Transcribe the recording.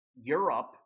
Europe